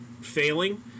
failing